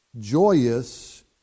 joyous